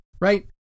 right